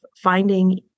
finding